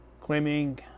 claiming